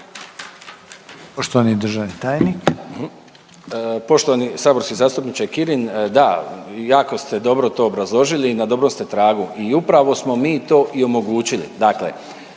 Poštovani državni tajnik.